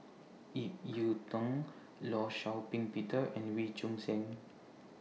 Ip Yiu Tung law Shau Ping Peter and Wee Choon Seng